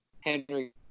Henry